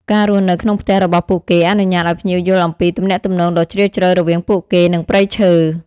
ការរស់នៅក្នុងផ្ទះរបស់ពួកគេអនុញ្ញាតឱ្យភ្ញៀវយល់អំពីទំនាក់ទំនងដ៏ជ្រាលជ្រៅរវាងពួកគេនិង ព្រៃឈើ។